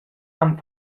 han